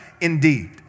indeed